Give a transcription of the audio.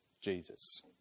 Jesus